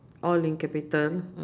all in capital